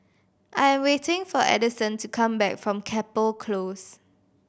I am waiting for Adyson to come back from Chapel Close